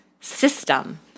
system